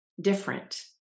different